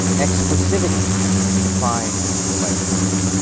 exclusivity defines the writing world.